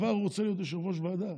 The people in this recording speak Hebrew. כבר ירצה להיות יושב-ראש ועדה,